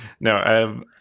no